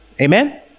Amen